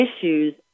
issues